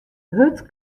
hurd